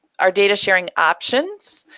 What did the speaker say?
our data sharing options,